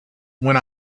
when